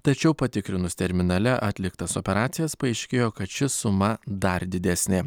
tačiau patikrinus terminale atliktas operacijas paaiškėjo kad ši suma dar didesnė